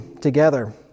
together